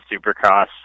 supercross